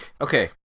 okay